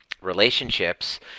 relationships